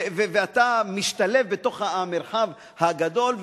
ואתה משתלב בתוך המרחב הגדול,